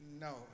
no